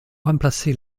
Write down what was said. remplacés